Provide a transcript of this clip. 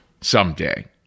someday